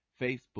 Facebook